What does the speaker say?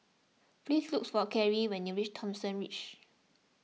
please look for Cary when you reach Thomson Ridge